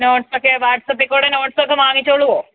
നോട്ട്സൊക്കെ വാട്ട്സ്ആപ്പിൽ കൂടെ നോട്ട്സൊക്കെ വാങ്ങിച്ചോളോ